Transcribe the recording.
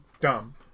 Dumb